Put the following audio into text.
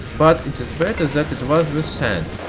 but it is better that it was with sand,